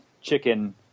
chicken